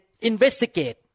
investigate